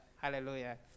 Hallelujah